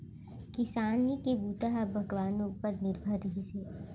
किसानी के बूता ह भगवान उपर निरभर रिहिस हे